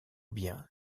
bien